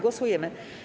Głosujemy.